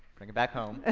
bring it back home. ah